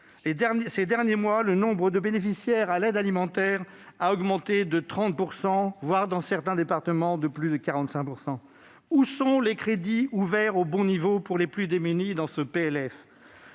Ces derniers mois, le nombre de bénéficiaires de l'aide alimentaire a augmenté d'environ 30 %, voire de plus de 45 % dans certains départements. Où sont les crédits ouverts au bon niveau pour les plus démunis dans ce PLF ?